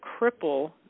cripple